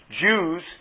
Jews